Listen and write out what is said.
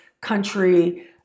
country